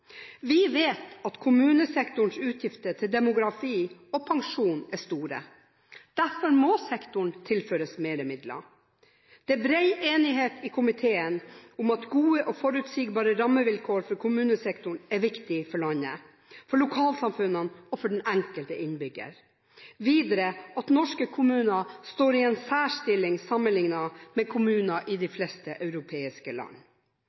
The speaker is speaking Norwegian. Vi vet at kommunesektorens utgifter til demografi og pensjon er store. Derfor må sektoren tilføres flere midler. Det er bred enighet i komiteen om at gode og forutsigbare rammevilkår for kommunesektoren er viktig for landet, for lokalsamfunnene og for den enkelte innbygger, og videre at norske kommuner står i en særstilling sammenlignet med kommuner i de fleste europeiske land.